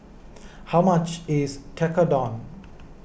how much is Tekkadon